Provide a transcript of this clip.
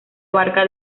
abarca